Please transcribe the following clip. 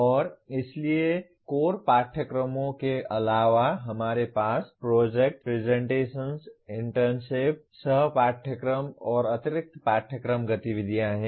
और इसलिए कोर पाठ्यक्रमों के अलावा हमारे पास प्रोजेक्ट्स प्रेजेंटेशन्स इंटर्नशिप सह पाठयक्रम और अतिरिक्त पाठयक्रम गतिविधियां हैं